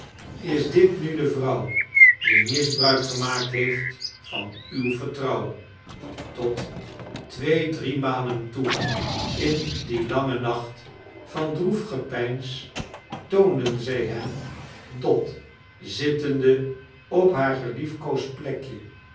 is dit nu de vrouw die misbruik gemaakt heeft van uw vextrouwen tot twee driemalen toe in dien langen nacht van droef gepeins toonden zij hem dot zittende op haar geliefkoosd plekje